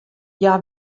hja